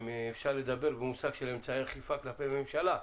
אם אפשר לדבר במושג של אמצעי אכיפה כלפי ממשלה,